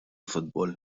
futbol